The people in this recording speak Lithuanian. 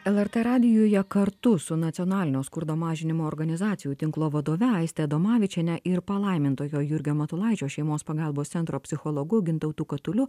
lrt radijuje kartu su nacionalinio skurdo mažinimo organizacijų tinklo vadove aiste adomavičiene ir palaimintojo jurgio matulaičio šeimos pagalbos centro psichologu gintautu katuliu